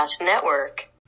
Network